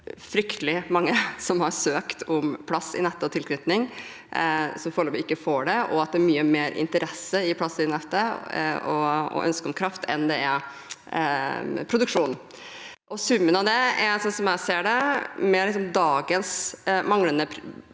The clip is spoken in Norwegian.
fryktelig mange som har søkt om plass i nettet og tilknytning, som foreløpig ikke får det, og at det er mye mer interesse for plass i nettet og ønske om kraft enn det er produksjon. Summen av det er – slik jeg ser det, med dagens manglende